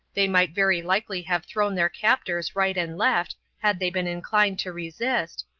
they might very likely have thrown their captors right and left had they been inclined to resist,